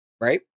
right